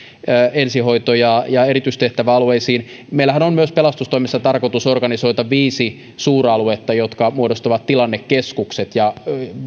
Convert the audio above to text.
ensihoito ja ja erityistehtäväalueisiin meillähän on myös pelastustoimessa tarkoitus organisoida viisi suuraluetta jotka muodostavat tilannekeskukset ja